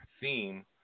theme